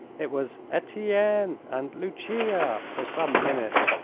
it was etienne! and lucia! for some minutes,